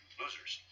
losers